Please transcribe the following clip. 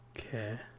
Okay